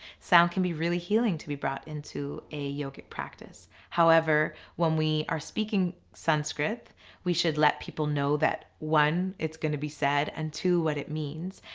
sound can be really healing to be brought into a yogic practice, however when we are speaking sanskrit we should let people know that one, it's going to be said and two, what it means.